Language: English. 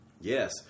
Yes